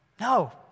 no